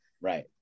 right